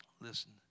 Listen